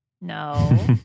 No